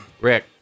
Rick